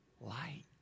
light